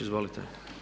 Izvolite.